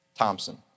Thompson